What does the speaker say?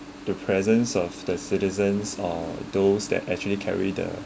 the presence of the citizens or those that actually carry the